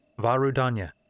Varudanya